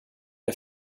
jag